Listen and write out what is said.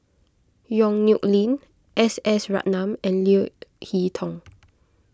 Yong Nyuk Lin S S Ratnam and Leo Hee Tong